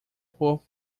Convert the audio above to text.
both